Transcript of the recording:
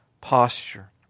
posture